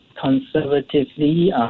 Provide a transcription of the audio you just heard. conservatively